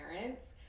parents